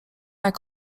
jak